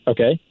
Okay